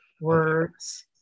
Words